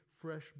fresh